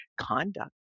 conduct